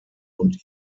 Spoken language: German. und